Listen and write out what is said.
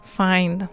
find